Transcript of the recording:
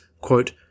quote